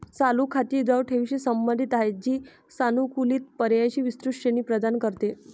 चालू खाती द्रव ठेवींशी संबंधित आहेत, जी सानुकूलित पर्यायांची विस्तृत श्रेणी प्रदान करते